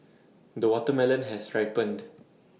the watermelon has ripened